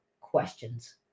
questions